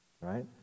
right